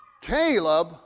Caleb